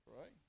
Right